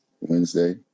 Wednesday